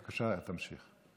בבקשה, תמשיך.